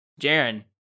Jaren